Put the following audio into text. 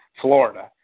Florida